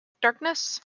darkness